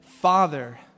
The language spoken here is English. Father